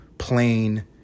plain